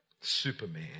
Superman